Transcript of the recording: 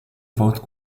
vote